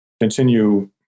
continue